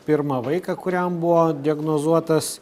pirmą vaiką kuriam buvo diagnozuotas